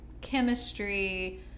chemistry